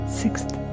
sixth